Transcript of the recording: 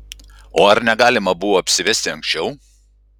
o ar negalima buvo apsivesti anksčiau